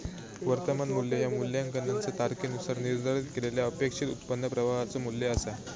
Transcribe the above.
वर्तमान मू्ल्य ह्या मूल्यांकनाचा तारखेनुसार निर्धारित केलेल्यो अपेक्षित उत्पन्न प्रवाहाचो मू्ल्य असा